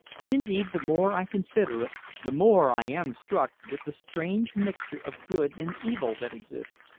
and indeed the more i consider it, the more i am struck with the strange mixture of good and evil that exists,